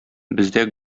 бездә